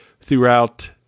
throughout